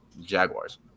Jaguars